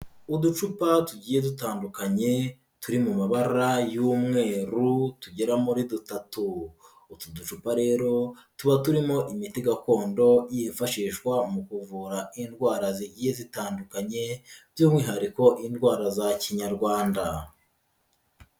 Uducupa tugiye dutandukanye turi mu mabara y'umweru tugera muri dutatu, utu ducupa rero tuba turimo imiti gakondo yifashishwa mu kuvura indwara zigiye zitandukanye by'umwihariko indwara za kinyarwanda.